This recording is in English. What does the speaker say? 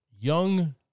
Young